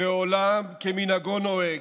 ועולם כמנהגו נוהג,